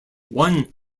one